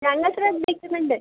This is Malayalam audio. ഞങ്ങൾ ശ്രദ്ധിക്കുന്നുണ്ട്